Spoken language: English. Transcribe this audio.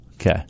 Okay